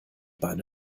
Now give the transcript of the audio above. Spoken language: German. beine